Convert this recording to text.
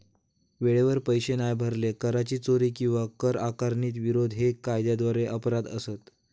वेळेवर पैशे नाय भरले, कराची चोरी किंवा कर आकारणीक विरोध हे कायद्याद्वारे अपराध असत